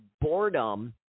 boredom